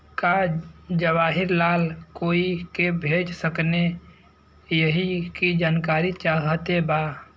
की जवाहिर लाल कोई के भेज सकने यही की जानकारी चाहते बा?